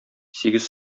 сигез